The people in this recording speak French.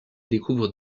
découvre